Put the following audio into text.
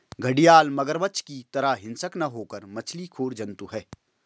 घड़ियाल मगरमच्छ की तरह हिंसक न होकर मछली खोर जंतु है